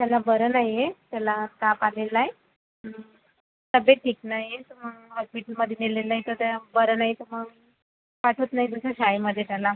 त्याला बरं नाही आहे त्याला ताप आलेला आहे तब्येत ठीक नाही आहे हॉस्पिटलमध्ये नेलेलं आहे ता त्याला बरं नाही त्यामुळे पाठवत नाही शाळेमध्ये त्याला